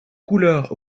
couleurs